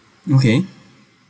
okay